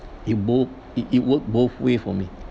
it bo~ it it worked both way for me